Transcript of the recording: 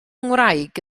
ngwraig